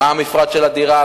מה המפרט של הדירה,